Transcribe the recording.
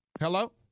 Hello